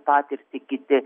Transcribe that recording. patirtį kiti